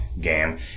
game